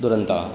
दुरन्ता